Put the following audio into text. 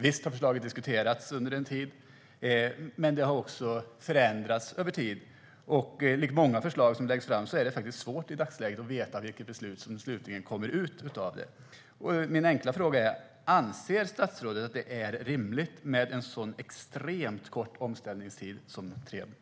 Visst har förslaget diskuterats under en tid, men det har också förändrats med tiden, och liksom med många andra förslag som läggs fram är det svårt att i dagsläget veta vilket beslut som slutligen kommer. Min enkla fråga är: Anser statsrådet att det är rimligt med en så extremt kort omställningstid som tre veckor?